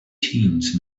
teens